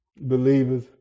Believers